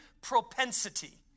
propensity